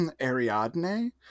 Ariadne